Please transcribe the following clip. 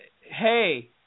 hey